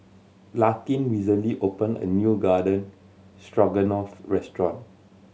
Larkin recently opened a new Garden Stroganoff restaurant